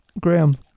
Graham